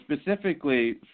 specifically